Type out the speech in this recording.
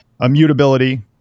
Immutability